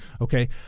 okay